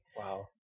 Wow